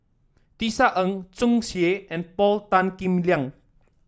Tisa Ng Tsung Yeh and Paul Tan Kim Liang